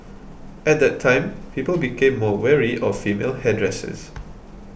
at that time people became more wary of female hairdressers